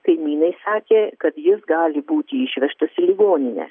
kaimynai sakė kad jis gali būti išvežtas į ligoninę